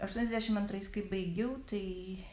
aštuoniasdešim antrais kai baigiau tai